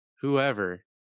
whoever